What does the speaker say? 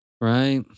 Right